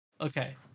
Okay